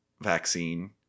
vaccine